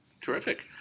Terrific